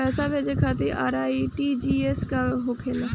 पैसा भेजे खातिर आर.टी.जी.एस का होखेला?